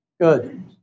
Good